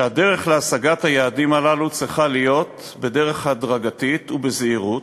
שהדרך להשגת היעדים הללו צריכה להיות דרך הדרגתית ובזהירות,